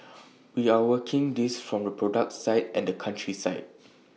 we are working this from the product side and the country side